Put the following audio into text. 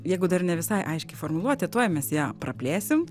jeigu dar ne visai aiški formuluotė tuoj mes ją praplėsim